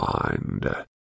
mind